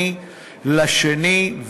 שתה מים,